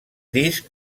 disc